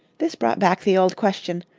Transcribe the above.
this brought back the old question,